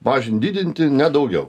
mažint didinti ne daugiau